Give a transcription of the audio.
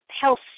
health